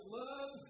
love